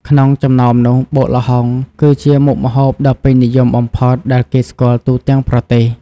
ក្នុងចំណោមនោះ បុកល្ហុង គឺជាមុខម្ហូបដ៏ពេញនិយមបំផុតដែលគេស្គាល់ទូទាំងប្រទេស។